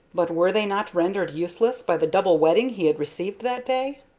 but were they not rendered useless by the double wetting he had received that day?